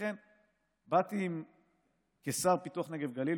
לכן באתי כשר לפיתוח הנגב והגליל,